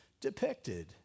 depicted